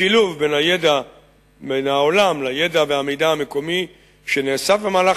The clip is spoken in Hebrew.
השילוב בין העולם לידע והמידע המקומי שנאסף במהלך